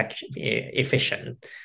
efficient